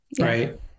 right